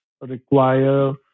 require